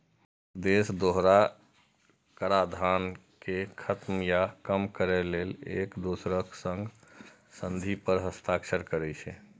अनेक देश दोहरा कराधान कें खत्म या कम करै लेल एक दोसरक संग संधि पर हस्ताक्षर करै छै